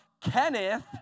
Kenneth